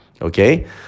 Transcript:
Okay